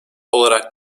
olarak